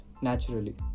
naturally